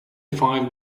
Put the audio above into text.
five